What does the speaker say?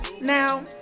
Now